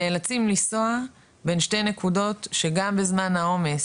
נאלצים לנסוע בין שתי נקודות שגם בזמן העומס